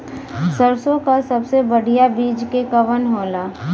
सरसों क सबसे बढ़िया बिज के कवन होला?